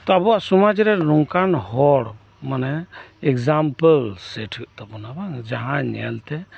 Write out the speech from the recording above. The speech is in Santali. ᱛᱚ ᱟᱵᱩᱣᱟᱜ ᱥᱚᱢᱟᱡᱽ ᱨᱮ ᱱᱚᱝᱠᱟᱱ ᱦᱚᱲ ᱢᱟᱱᱮ ᱮᱜᱽᱡᱟᱢᱯᱮᱞ ᱥᱮᱴ ᱦᱩᱭᱩᱜ ᱛᱟᱵᱩᱱᱟ ᱵᱟᱝ ᱡᱟᱦᱟᱸ ᱧᱮᱞ ᱛᱮ